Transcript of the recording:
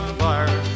fire